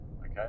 Okay